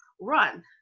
run